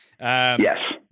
Yes